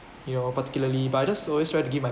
you know particularly but I just always try to give my